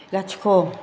लाथिख'